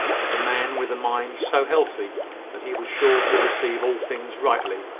and a man with a mind so healthy that he was sure to receive all things rightly,